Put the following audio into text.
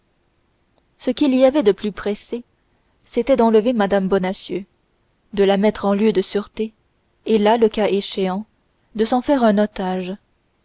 ce qu'il y avait de plus pressé c'était d'enlever mme bonacieux de la mettre en lieu de sûreté et là le cas échéant de s'en faire un otage